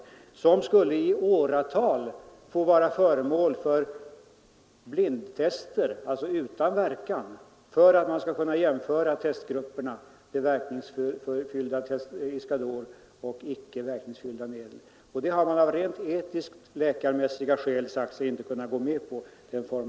Dessa skulle i åratal få vara föremål för blindtester, alltså tester utan verkan, för att man skulle kunna jämföra Iscador med icke verkningsfulla medel. Den formen av tester har man av rent etiskt läkarmässiga skäl sagt sig inte kunna gå med på.